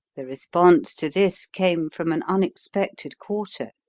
the response to this came from an unexpected quarter.